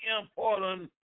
important